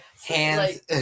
Hands